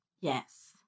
Yes